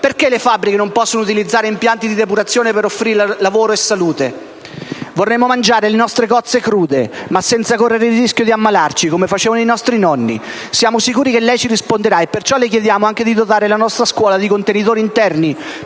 Perché le fabbriche non possono utilizzare impianti di depurazione per offrire lavoro e salute? Vorremmo mangiare le nostre cozze crude, ma senza correre il rischio di ammalarci, come facevano i nostri nonni. Siamo sicuri che lei ci risponderà e perciò le chiediamo anche di dotare la nostra scuola di contenitori interni